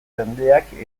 jendeak